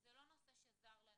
זה לא נושא שזר לנו,